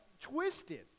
twisted